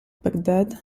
bagdad